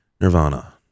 Nirvana